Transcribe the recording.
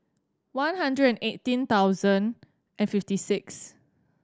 one hundred and eighteen thousand and fifty six